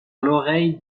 l’oreille